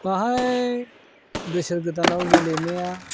बेवहाय बोसोर गोदानाव गेलेनाया